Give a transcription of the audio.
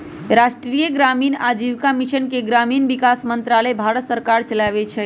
राष्ट्रीय ग्रामीण आजीविका मिशन के ग्रामीण विकास मंत्रालय भारत सरकार चलाबै छइ